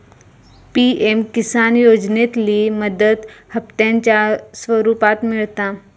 PM Kisan योजनेतली मदत हप्त्यांच्या स्वरुपात मिळता